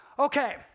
Okay